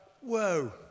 whoa